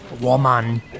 woman